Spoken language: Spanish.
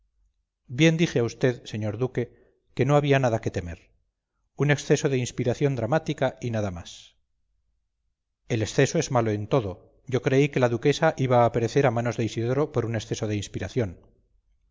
bien dije a vd señor duque que no había nada que temer un exceso de inspiración dramática y nada más el exceso es malo en todo yo creí que la duquesa iba a perecer a manos de isidoro por un exceso de inspiración